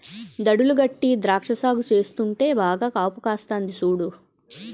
దడులు గట్టీ ద్రాక్ష సాగు చేస్తుంటే బాగా కాపుకాస్తంది సూడు